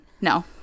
No